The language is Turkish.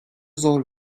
zor